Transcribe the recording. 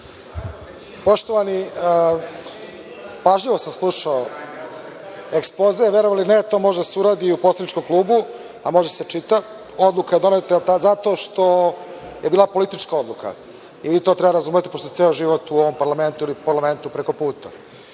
Poštovani, pažljivo sam slušao ekspoze, verovali ili ne to može da se uradi i u poslaničkom klubu, a može i da se čita. Odluka je doneta zato što je to bila politička odluka. Vi to treba da razumete pošto ste ceo život u ovom parlamentu ili parlamentu preko puta. Čuli